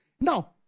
Now